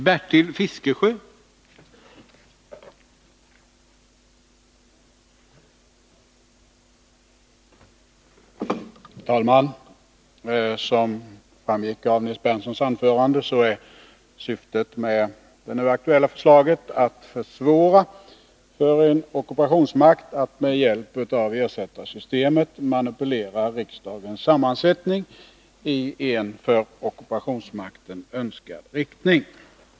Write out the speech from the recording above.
Herr talman! Som framgick av Nils Berndtsons anförande är syftet med det nu aktuella förslaget att försvåra för en ockupationsmakt att med hjälp av ersättarsystemet manipulera riksdagens sammansättning i en för ockupationsmakten önskad riktning.